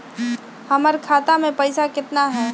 हमर खाता मे पैसा केतना है?